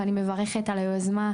ואני מברכת על היוזמה,